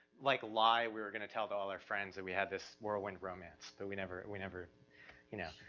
like lie we're gonna tell to all our friends that we had this whirlwind romance that we never, we never you know.